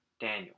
Daniel